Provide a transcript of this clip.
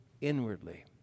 inwardly